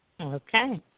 Okay